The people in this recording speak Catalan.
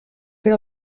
fer